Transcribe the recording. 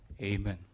Amen